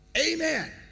Amen